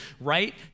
right